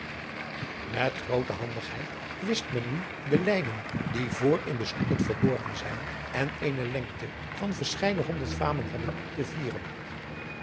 met groote handigheid wist men nu de lijnen die voor in de sloepen verborgen zijn en eene lengte van verscheiden honderd vademen hebben te vieren